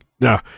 No